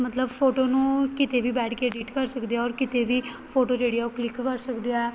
ਮਤਲਬ ਫੋਟੋ ਨੂੰ ਕਿਤੇ ਵੀ ਬੈਠ ਕੇ ਐਡੀਟ ਕਰ ਸਕਦੇ ਆ ਔਰ ਕਿਤੇ ਵੀ ਫੋਟੋ ਜਿਹੜੀ ਆ ਉਹ ਕਲਿਕ ਕਰ ਸਕਦੇ ਹੈ